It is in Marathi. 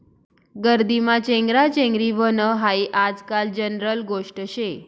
गर्दीमा चेंगराचेंगरी व्हनं हायी आजकाल जनरल गोष्ट शे